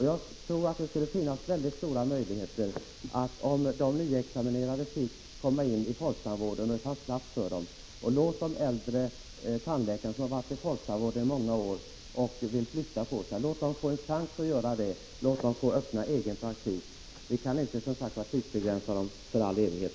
Jag tror att det skulle öppna sig stora möjligheter, om de nyutexaminerade tandläkarna fick komma in i folktandvården, om det fanns plats för dem där, och om vi lät de äldre tandläkarna, som varit i folktandvården i många år och vill flytta på sig, få en chans att göra det. Låt dem få öppna egen praktik! Vi kan inte tidsbegränsa för all evighet.